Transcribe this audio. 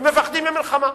ומפחדים ממלחמה.